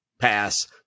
pass